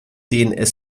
dns